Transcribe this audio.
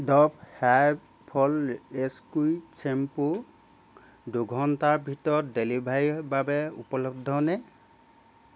Dove hair fall rescue shampoo দুঘণ্টাৰ ভিতৰত ডেলিভাৰীৰ বাবে উপলব্ধ নে